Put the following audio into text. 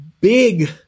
big